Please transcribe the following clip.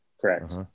correct